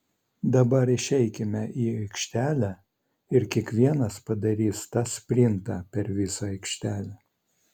dabar išeikime į aikštelę ir kiekvienas padarys tą sprintą per visą aikštelę